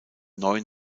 neuen